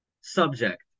subject